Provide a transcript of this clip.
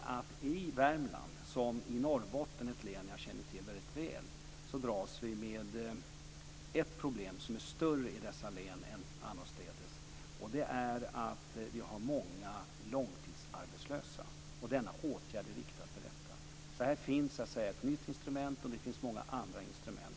I Värmland liksom i Norrbotten - ett län jag känner till väldigt väl - dras man med ett problem som är större i dessa län än annorstädes, och det är att vi har många långtidsarbetslösa. Denna åtgärd är riktad mot detta. Så här finns ett nytt instrument, och det finns också många andra instrument.